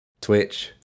Twitch